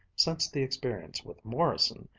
since the experience with morrison,